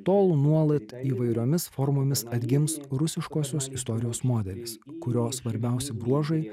tol nuolat įvairiomis formomis atgims rusiškosios istorijos modelis kurio svarbiausi bruožai